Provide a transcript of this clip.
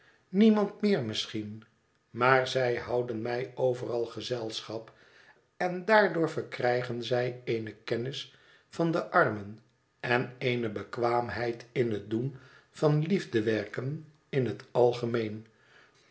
niemand meer misschien maar zij houden mij overal gezelschap en daardoor verkrijgen zij eene kennis van de armen en eene bekwaamheid in het doen van liefdewerken in het algemeen